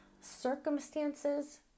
circumstances